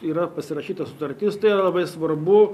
yra pasirašyta sutartis tai yra labai svarbu